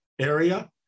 area